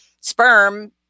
sperm